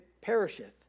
perisheth